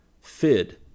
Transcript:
Fid